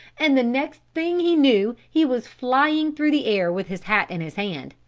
and the next thing he knew he was flying through the air with his hat in his hand.